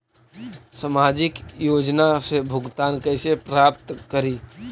सामाजिक योजना से भुगतान कैसे प्राप्त करी?